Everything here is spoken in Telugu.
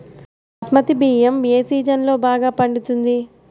బాస్మతి బియ్యం ఏ సీజన్లో బాగా పండుతుంది?